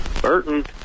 Burton